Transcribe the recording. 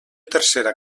tercera